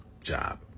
job